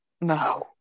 no